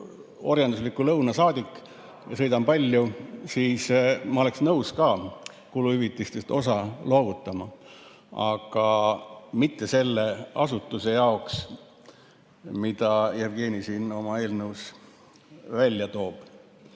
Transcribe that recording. orjandusliku lõuna saadik, sõidan palju, siis ma oleks nõus ka kuluhüvitistest osa loovutama, aga mitte selle asutuse jaoks, mida Jevgeni siin oma eelnõus välja toob.